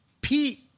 Pete